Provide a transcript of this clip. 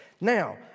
Now